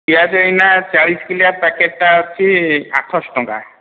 ପିଆଜ ଏଇନା ଚାଳିଶ କିଲିଆ ପ୍ୟାକେଟ୍ଟା ଅଛି ଆଠଶହ ଟଙ୍କା